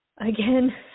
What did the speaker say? Again